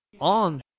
on